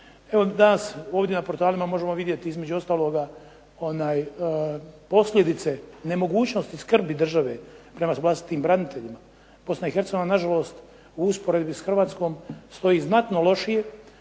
Evo danas ovdje na portalima možemo vidjeti između ostaloga posljedice nemogućnosti skrbi države prema vlastitim braniteljima. Bosna i Hercegovina na žalost u usporedbi s Hrvatskom stoji znatno lošije